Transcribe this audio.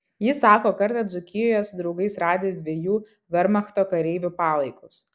jis sako kartą dzūkijoje su draugais radęs dviejų vermachto kareivių palaikus